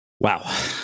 Wow